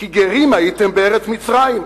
"כי גרים היתם בארץ מצרים".